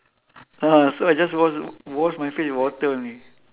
ah so I just wash wash my face with water only